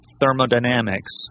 thermodynamics